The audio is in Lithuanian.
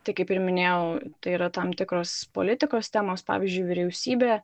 tai kaip ir minėjau tai yra tam tikros politikos temos pavyzdžiui vyriausybė